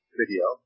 video